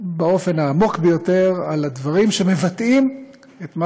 באופן העמוק ביותר על הדברים שמבטאים את מה